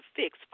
fix